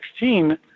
2016